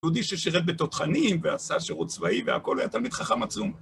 יהודי ששירת בתותחנים, ועשה שירות צבאי והכול, היה תלמיד חכם עצום.